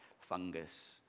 fungus